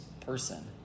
person